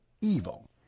evil